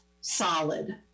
solid